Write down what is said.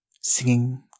singing